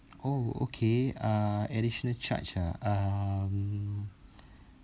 oh okay uh additional charge ah um